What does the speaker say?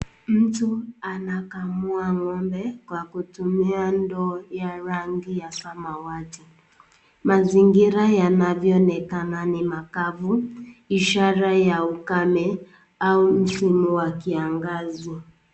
Mtu anakamua ng'ombe kwa kutumia ndoo ya rangi ya samawati. Mazingira yanavyoonekana ni makavu ishara ya ukame au msimu wa kiangazi.